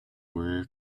were